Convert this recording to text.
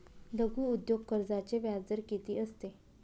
लघु उद्योग कर्जाचे व्याजदर किती असते?